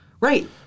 right